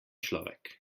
človek